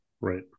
Right